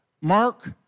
Mark